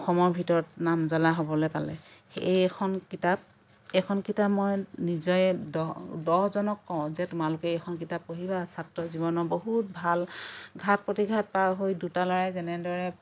অসমৰ ভিতৰত নামজ্বলা হ'বলৈ পালে সেয়ে এইখন কিতাপ এইখন কিতাপ মই নিজে দহজনক কওঁ যে তোমালোকে এইখন কিতাপ পঢ়িবা ছাত্ৰ জীৱনৰ বহুত ভাল ঘাত প্ৰতিঘাত পাৰ হৈ দুটা ল'ৰাই যেনেদৰে